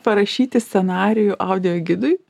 parašyti scenarijų audio gidui